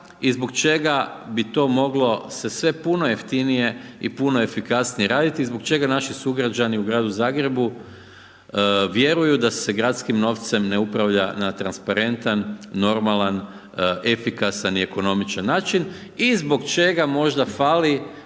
i zbog čega bi to moglo se sve puno jeftinije i puno efikasnije raditi i zbog čega naši sugrađani u Gradu Zagrebu vjeruju da se gradskim novcem ne upravlja na transparentan, normalan, efikasan i ekonomičan način i zbog čega možda fali